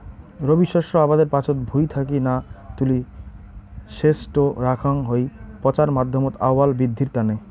রবি শস্য আবাদের পাচত ভুঁই থাকি না তুলি সেজটো রাখাং হই পচার মাধ্যমত আউয়াল বিদ্ধির তানে